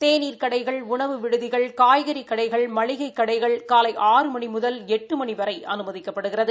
தேநீர் கடைகள் உணவு விடுதிகள் காய்கறி கடைகள் மளிகை கடைகள் காலை ஆறு மணி முதல் எட்டு மணி அனுமதிக்கப்படுகிறது